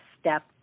step